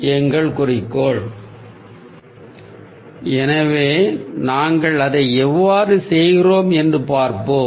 Refer Slide Time 0309 எனவே நாங்கள் அதை எவ்வாறு செய்கிறோம் என்று பார்ப்போம்